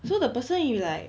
so the person he like